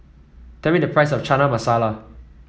tell me the price of Chana Masala